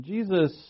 Jesus